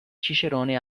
cicerone